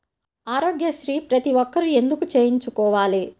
ఆరోగ్యశ్రీ ప్రతి ఒక్కరూ ఎందుకు చేయించుకోవాలి?